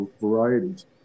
varieties